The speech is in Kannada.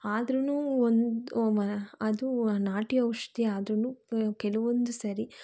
ಆದ್ರು ಒಂದು ಅದು ಆ ನಾಟಿ ಔಷಧಿ ಆದ್ರೂ ಕೆ ಕೆಲವೊಂದು ಸಾರಿ